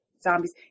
zombies